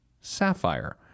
sapphire